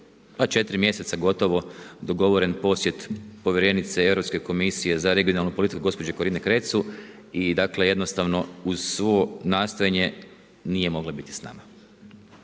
pa 4 mj. gotovo dogovoren posjet povjerenice Europske komisije za regionalnu politiku gospođe Corina Cretu i dakle jednostavno uz svo nastojanje, nije mogla biti s nama.